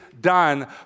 done